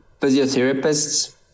physiotherapists